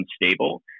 unstable